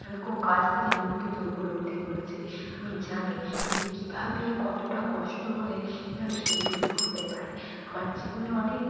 আমি খুব কাছ থেকে মৃত্যুকে উপলব্ধি করেছি আমি জানি যে কীভাবে কতটা কষ্ট হলে মানুষ নিপীড়িত হতে পারে আমার জীবনে অনেক